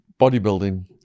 bodybuilding